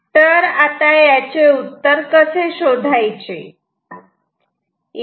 तर आता याचे उत्तर कसे शोधायचे